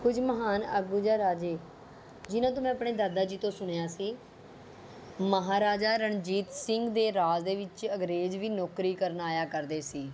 ਕੁਝ ਮਹਾਨ ਆਗੂ ਜਾਂ ਰਾਜੇ ਜਿਹਨਾਂ ਤੋਂ ਮੈਂ ਆਪਣੇ ਦਾਦਾ ਜੀ ਤੋਂ ਸੁਣਿਆ ਸੀ ਮਹਾਰਾਜਾ ਰਣਜੀਤ ਸਿੰਘ ਦੇ ਰਾਜ ਦੇ ਵਿੱਚ ਅੰਗਰੇਜ਼ ਵੀ ਨੌਕਰੀ ਕਰਨ ਆਇਆ ਕਰਦੇ ਸੀ